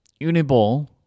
Uniball